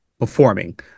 performing